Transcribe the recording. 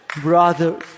Brother